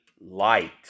light